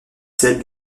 celle